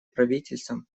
правительствам